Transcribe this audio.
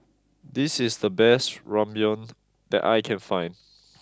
this is the best Ramyeon that I can find